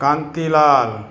Kantilal